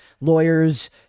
lawyers